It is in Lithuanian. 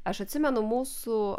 aš atsimenu mūsų